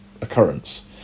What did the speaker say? occurrence